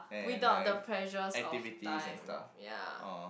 without the pressures of time ya